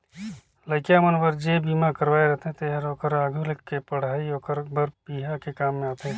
लइका मन बर जे बिमा करवाये रथें तेहर ओखर आघु के पढ़ई ओखर बर बिहा के काम में आथे